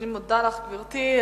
אני מודה לך, גברתי.